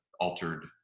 altered